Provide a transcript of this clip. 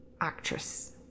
actress